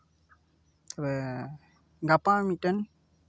ᱛᱚᱵᱮ ᱜᱟᱯᱟ ᱢᱤᱫᱴᱮᱱ